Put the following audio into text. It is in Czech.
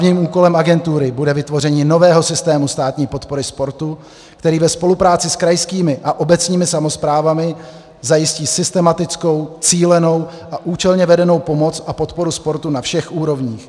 Hlavním úkolem agentury bude vytvoření nového systému státní podpory sportu, který ve spolupráci s krajskými a obecnými samosprávami zajistí systematickou, cílenou a účelně vedenou pomoc a podporu sportu na všech úrovních.